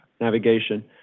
Navigation